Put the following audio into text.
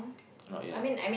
not yet